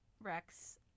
Rex